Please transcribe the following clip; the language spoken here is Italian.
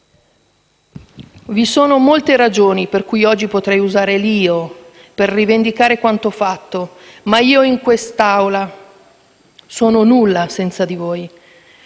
vi sono molte ragioni per cui oggi potrei usare l'«io» per rivendicare quanto fatto, ma io in quest'Aula sono nulla senza di voi.